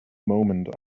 moment